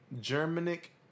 Germanic